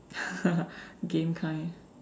game kind